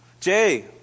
Jay